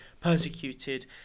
persecuted